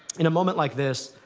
in a moment like this,